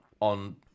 on